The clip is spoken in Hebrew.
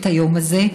את היום הזה,